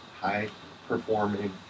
high-performing